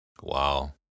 wow